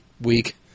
week